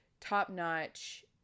top-notch